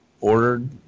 ordered